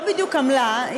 היא לא בדיוק עמלה,